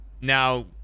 Now